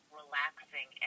relaxing